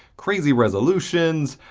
crazy resolutions,